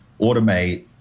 automate